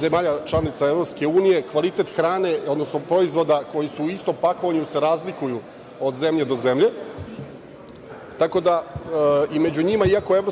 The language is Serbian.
zemalja članica EU kvalitet hrane, odnosno proizvoda koji su u istom pakovanju se razlikuju od zemlje do zemlje, tako da i među njima, iako EU